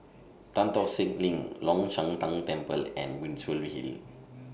Tan Tock Seng LINK Long Shan Tang Temple and Muswell Hill